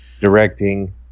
directing